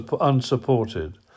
unsupported